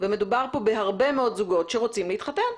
ומדובר פה בהרבה מאוד זוגות שרוצים להתחתן.